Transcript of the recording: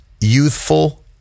youthful